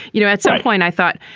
you know, at some point i thought,